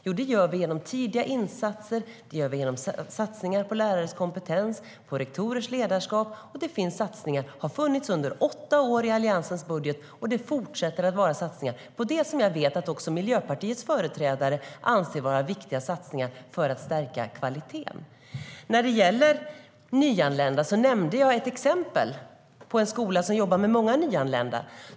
Jo, det gör vi genom tidiga insatser, satsningar på lärares kompetens och rektorers ledarskap. Det har funnits satsningar i Alliansens budget under åtta år, och det fortsätter att vara satsningar. Jag vet att också Miljöpartiet anser att detta är viktiga satsningar för att stärka kvaliteten.I diskussionen om nyanlända nämnde jag ett exempel på en skola som jobbar med många nyanlända.